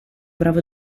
bravo